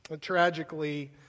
Tragically